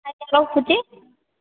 ଆଜ୍ଞା ରଖୁଛି